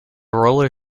roller